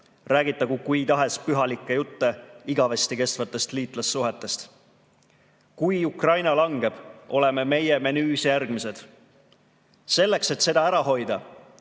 räägitagu kui tahes pühalikke jutte igavesti kestvatest liitlassuhetest. Kui Ukraina langeb, oleme meie menüüs järgmised. Selleks, et seda ära hoida,